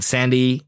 Sandy